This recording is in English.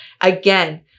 again